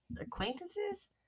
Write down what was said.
acquaintances